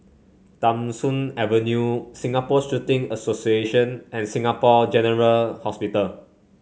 Tham Soong Avenue Singapore Shooting Association and Singapore General Hospital